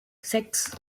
sechs